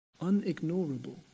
unignorable